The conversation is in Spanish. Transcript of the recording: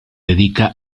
dedica